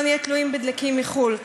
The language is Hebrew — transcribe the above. שלא נהיה תלויים בדלקים מחו"ל.